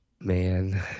Man